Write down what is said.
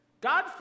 God